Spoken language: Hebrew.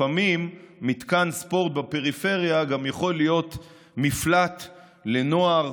לפעמים מתקן ספורט בפריפריה יכול להיות גם מפלט לנוער,